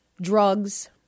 drugs